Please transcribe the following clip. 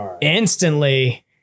instantly